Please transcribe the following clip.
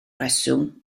reswm